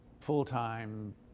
full-time